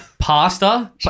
Pasta